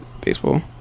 baseball